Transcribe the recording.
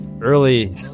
Early